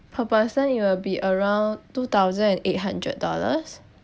per person it will be around two thousand and eight hundred dollars